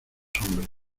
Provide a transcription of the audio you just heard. hombres